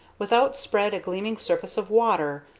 was outspread a gleaming surface of water,